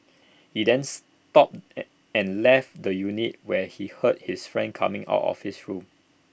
he then stopped an and left the unit when he heard his friend coming out of his room